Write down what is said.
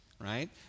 right